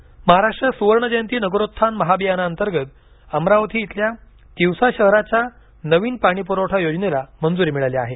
पाणीपरवठा योजना महाराष्ट्र सुवर्ण जयंती नगरोत्थान महाअभियानाअंतर्गत अमरावती इथल्या तिवसा शहराच्या नवीन पाणी पुरवठा योजनेला मंजूरी मिळाली आहे